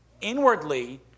inwardly